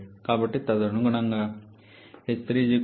కాబట్టి తదనుగుణంగా ℎ3 3682